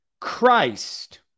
Christ